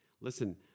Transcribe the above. listen